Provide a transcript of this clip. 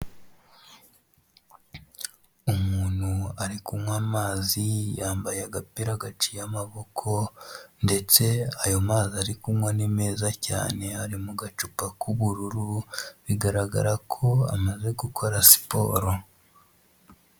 Umuntu ari kunywa amazi yambaye agapira gaciye amaboko ndetse ayo mazi ari kunywa ni meza cyane, ari mu gacupa k'ubururu bigaragara ko amaze gukora siporo.